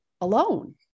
alone